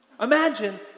Imagine